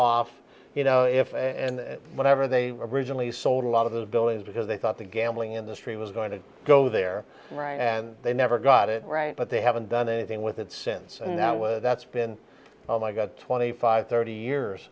off you know if and whenever they originally sold a lot of those abilities because they thought the gambling industry was going to go there right they never got it right but they haven't done anything with it since and that was that's been my got twenty five thirty years